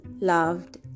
loved